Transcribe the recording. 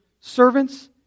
servants